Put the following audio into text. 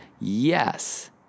yes